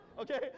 okay